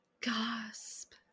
Gasp